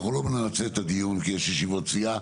אנחנו לא נמצה את הדיון כי יש ישיבות סיעה.